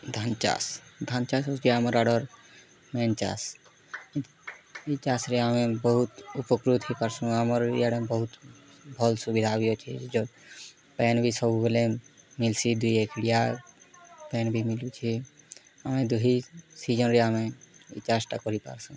ଧାନ୍ ଚାଷ୍ ଧାନ୍ ଚାଷ୍ ହୋଉଛେ ଆମର୍ ଆଡ଼ର୍ ମେନ୍ ଚାଷ୍ ଇ ଚାଷ୍ରେ ଆମେ ବହୁତ୍ ଉପକୃତ ହେଇପାର୍ସୁ ଆମର୍ ଇଆଡ଼େ ବହୁତ୍ ଭଲ୍ ସୁବିଧା ବି ଅଛେ ସେ ଯୋଉ ପାଏନ୍ ବି ସବୁବେଲେ ମିଲ୍ସି ଦୁଇ ଏକ୍ଡ଼ିଆ ପାଏନ୍ ବି ମିଳୁଚେ ଆମେ ଦୁହିଁ ସିଜନ୍ରେ ଆମେ ଇ ଚାଷ୍ଟା କରି ପାର୍ସୁ